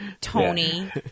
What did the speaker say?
Tony